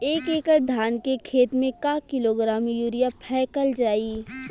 एक एकड़ धान के खेत में क किलोग्राम यूरिया फैकल जाई?